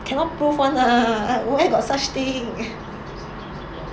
cannot prove [one] lah where got such thing